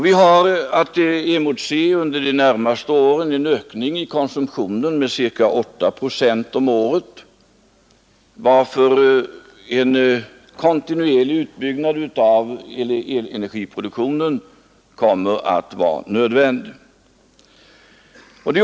Vi har att under de närmaste åren emotse en ökning av konsumtionen med cirka 8 procent om året varför en kontinuerlig utbyggnad av elenergiproduktionen kommer att vara nödvändig.